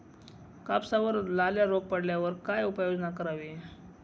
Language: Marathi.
कापसावर लाल्या रोग पडल्यावर काय उपाययोजना करावी?